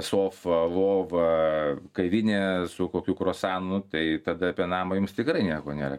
sofa lova kavinė su kokiu kruasanu tai tada apie namą jums tikrai nieko nėra